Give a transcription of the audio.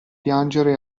piangere